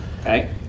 Okay